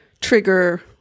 trigger